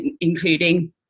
including